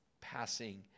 passing